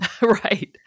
right